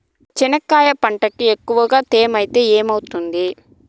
చెనక్కాయ పంటకి ఎక్కువగా తేమ ఐతే ఏమవుతుంది?